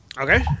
Okay